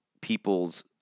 people's